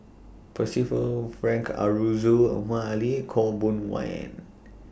Percival Frank Aroozoo Omar Ali Khaw Boon Wan